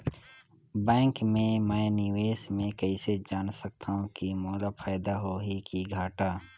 Bank मे मैं निवेश मे कइसे जान सकथव कि मोला फायदा होही कि घाटा?